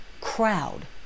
crowd